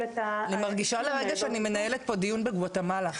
את --- אני מרגישה לרגע שאני מנהלת פה דיון בגוואטמלה.